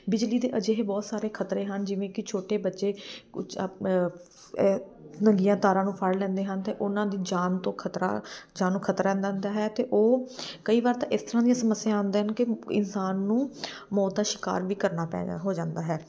ਬਿਜਲੀ ਦੇ ਅਜਿਹੇ ਬਹੁਤ ਸਾਰੇ ਖ਼ਤਰੇ ਹਨ ਜਿਵੇਂ ਕਿ ਛੋਟੇ ਬੱਚੇ ਕੁਛ ਨੰਗੀਆਂ ਤਾਰਾਂ ਨੂੰ ਫੜ ਲੈਂਦੇ ਹਨ ਅਤੇ ਉਹਨਾਂ ਦੀ ਜਾਨ ਤੋਂ ਖ਼ਤਰਾ ਜਾਨ ਨੂੰ ਖ਼ਤਰਾ ਰੈਦਾ ਰਹਿੰਦਾ ਹੈ ਅਤੇ ਉਹ ਕਈ ਵਾਰ ਤਾਂ ਇਸ ਤਰ੍ਹਾਂ ਦੀਆਂ ਸਮੱਸਿਆ ਆਉਂਦੀਆਂ ਕਿ ਇਨਸਾਨ ਨੂੰ ਮੌਤ ਦਾ ਸ਼ਿਕਾਰ ਵੀ ਕਰਨਾ ਪੈ ਦਾ ਹੋ ਜਾਂਦਾ ਹੈ